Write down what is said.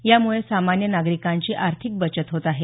यामुळे सामान्य नागरिकांची आर्थिक बचत होत आहे